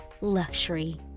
luxury